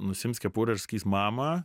nusiims kepurę ir sakys mama